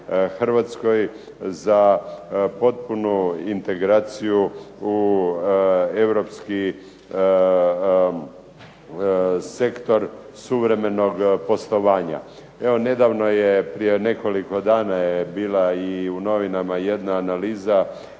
Hrvatskoj za potpunu integraciju u europski sektor suvremenog poslovanja. Evo nedavno je, prije nekoliko dana je bila i u novinama jedna analiza,